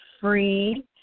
free